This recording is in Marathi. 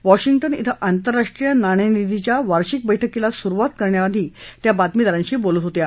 वॉशिंटन इथं आतंरराष्ट्रीय नाणेनिधीच्या वार्षिक बैठकीला सुरुवात होण्याआधी त्या बातमीदारांशी बोलत होत्या